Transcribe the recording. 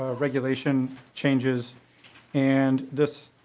ah regulation changes and this